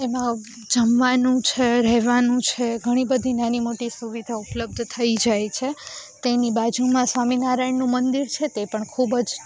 એમાં જમવાનું છે રહેવાનું છે ઘણી બધી નાની મોટી સુવિધા ઉપલબ્ધ થઈ જાય છે તેની બાજુમાં સ્વામિનારાયણનું મંદિર છે તે પણ ખૂબ જ